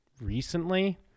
recently